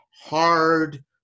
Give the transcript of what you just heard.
hard